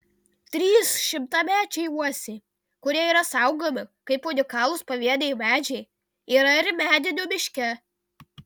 trys šimtamečiai uosiai kurie yra saugomi kaip unikalūs pavieniai medžiai yra ir medinių miške